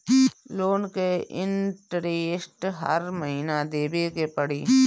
Loan के interest हर महीना देवे के पड़ी?